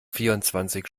vierundzwanzig